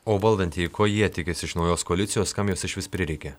o valdantieji ko jie tikisi iš naujos koalicijos kam jos išvis prireikė